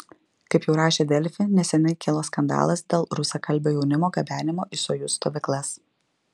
kaip jau rašė delfi neseniai kilo skandalas dėl rusakalbio jaunimo gabenimo į sojuz stovyklas